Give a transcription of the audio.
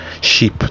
sheep